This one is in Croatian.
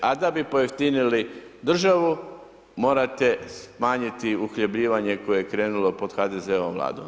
A da bi pojeftinili državu morate smanjiti uhljebljivanje koje je krenulo pod HDZ-ovom vladom.